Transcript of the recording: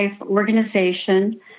organization